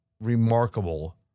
Remarkable